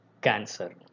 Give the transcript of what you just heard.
cancer